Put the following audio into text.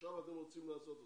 עכשיו אתם רוצים לעשות אותו.